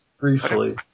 Briefly